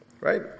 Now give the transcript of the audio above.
Right